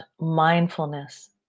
mindfulness